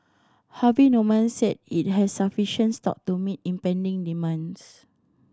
Harvey Norman said it has sufficient stock to meet impending demands